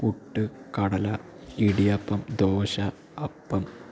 പുട്ട് കടല ഇടിയപ്പം ദോശ അപ്പം